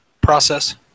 process